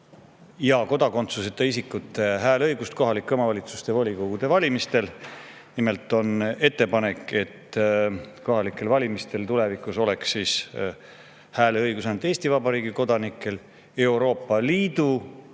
ja kodakondsuseta isikute hääleõigust kohalike omavalitsuste volikogude valimistel. Nimelt on ettepanek, et kohalikel valimistel oleks tulevikus hääleõigus ainult Eesti Vabariigi kodanikel, Euroopa Liidu